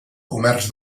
comerç